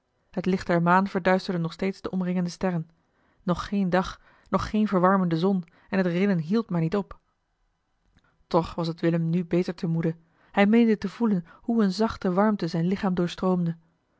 het licht der maan verduisterde nog steeds de omringende sterren nog geen dag nog geen verwarmende zon en het rillen hield maar niet op toch was het willem nu beter te moede hij meende te voelen hoe eene zachte warmte zijn lichaam doorstroomde